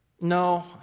No